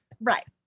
Right